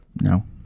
No